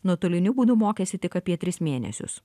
nuotoliniu būdu mokėsi tik apie tris mėnesius